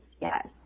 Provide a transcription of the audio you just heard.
yes